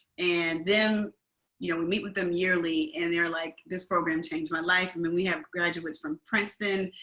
and then you know we meet with them yearly, and they're like, this program changed my life. and then we have graduates from princeton,